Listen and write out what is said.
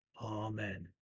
Amen